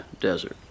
desert